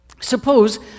Suppose